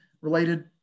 related